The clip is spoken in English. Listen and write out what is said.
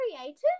creative